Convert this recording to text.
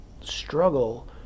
struggle